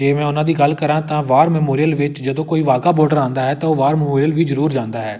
ਜੇ ਮੈਂ ਉਹਨਾਂ ਦੀ ਗੱਲ ਕਰਾਂ ਤਾਂ ਵਾਰ ਮਮੋਰੀਅਲ ਵਿੱਚ ਜਦੋਂ ਕੋਈ ਵਾਹਗਾ ਬੌਡਰ ਆਉਂਦਾ ਹੈ ਅਤੇ ਉਹ ਵਾਰ ਮਮੋਰੀਅਲ ਵੀ ਜ਼ਰੂਰ ਜਾਂਦਾ ਹੈ